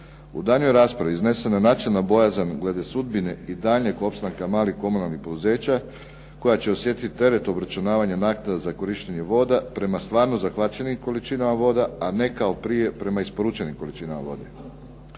U daljnjoj raspravi iznesena načelna bojazan glede sudbine i daljnjeg opstanka malih komunalnih poduzeća koja će osjetiti teret obračunavanja naknada za korištenje voda prema stvarno zahvaćenim količinama voda, a ne kao prije prema isporučenim količinama vode.